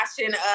watching